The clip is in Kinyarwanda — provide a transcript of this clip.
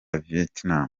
vietnam